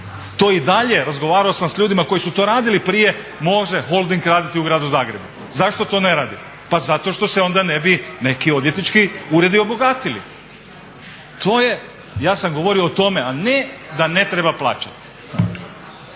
To i dalje, razgovarao sam s ljudima koji su to radili prije može Holding raditi u gradu Zagrebu. Zašto to ne radi? Pa zato što se onda ne bi neki odvjetnički uredi obogatili. To je, ja sam govorio o tome a ne da ne treba plaćati.